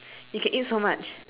you can eat so much